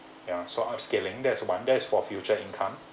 ya so upscaling that is one that is for future income